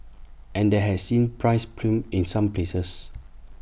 and that has seen prices plummet in some places